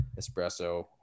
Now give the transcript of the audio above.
espresso